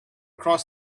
cross